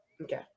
Okay